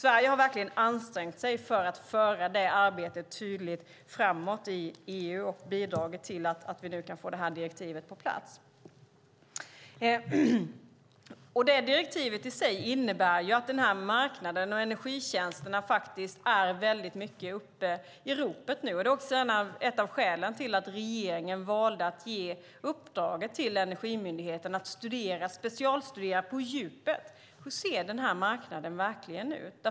Sverige har verkligen ansträngt sig för att föra det arbetet tydligt framåt i EU och bidragit till att vi nu kan få detta direktiv på plats. Direktivet i sig innebär att marknaden och energitjänsterna är väldigt mycket i ropet nu. Det är också ett av skälen till att regeringen valde att ge uppdraget till Energimyndigheten att på djupet specialstudera hur marknaden verkligen ser ut.